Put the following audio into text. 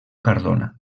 cardona